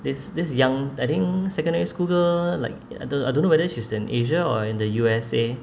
this this young I think secondary school girl like I don't I don't know whether she's in asia or in the U_S_A